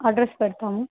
address పెడతాను